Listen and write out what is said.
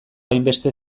hainbeste